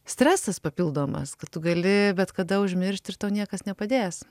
stresas papildomas kad tu gali bet kada užmiršt ir tau niekas nepadės